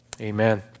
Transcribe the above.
Amen